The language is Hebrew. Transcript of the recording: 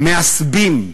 מעשבים.